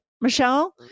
Michelle